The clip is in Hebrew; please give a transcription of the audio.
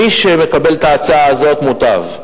מי שמקבל את ההצעה הזאת, מוטב.